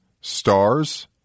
stars